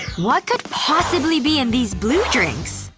what could possibly be in these blue drinks?